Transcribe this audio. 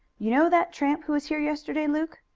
you know that tramp who was here yesterday, luke?